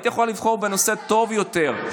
היית יכולה לבחור בנושא טוב יותר.